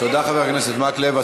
מקלב, עוד, תודה, חבר הכנסת מקלב.